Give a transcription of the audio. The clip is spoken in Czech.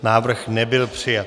Návrh nebyl přijat.